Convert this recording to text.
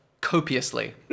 copiously